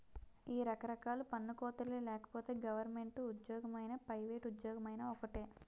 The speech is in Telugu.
ఈ రకరకాల పన్ను కోతలే లేకపోతే గవరమెంటు ఉజ్జోగమైనా పైవేట్ ఉజ్జోగమైనా ఒక్కటే